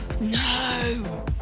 No